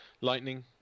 lightning